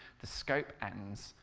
the scope ends,